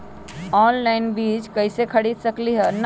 Online बीज कईसे खरीद सकली ह?